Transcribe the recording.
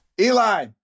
Eli